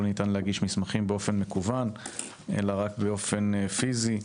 ניתן להגיש את מסמכי הממשלה באופן מקוון אלא רק באופן פיזי,